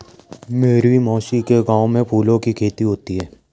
मेरी मौसी के गांव में फूलों की खेती होती है